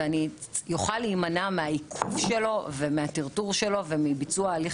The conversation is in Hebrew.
ואני אוכל להימנע מהעיכוב שלו ומהטרטור שלו ומביצוע הליך